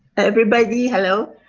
everybody hello.